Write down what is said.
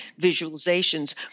visualizations